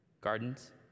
gardens